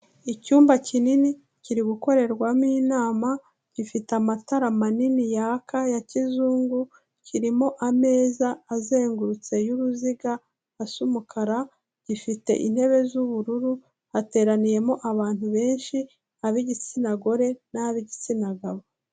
Icyumba kinini kiri gukorerwamo inama, gifite amatara manini yaka ya kizungu, kirimo ameza azengurutse y'uruziga asa umukara, gifite intebe z'ubururu, hateraniyemo abantu benshi, ab'igitsina gore n'ab'igitsina gabo.